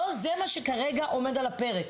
זה לא מה שעומד כרגע על הפרק.